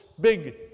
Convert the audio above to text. big